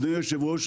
אדוני היושב-ראש,